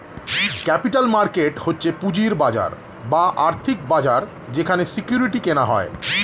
capital market হচ্ছে পুঁজির বাজার বা আর্থিক বাজার যেখানে সিকিউরিটি কেনা হয়